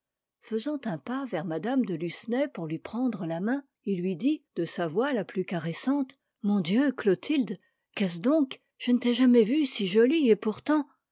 faisant un pas vers mme de lucenay pour lui prendre la main il lui dit de sa voix la plus caressante mon dieu clotilde qu'est-ce donc je ne t'ai jamais vue si jolie et pourtant